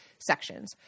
sections